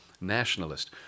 nationalist